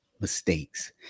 mistakes